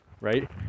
right